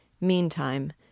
Meantime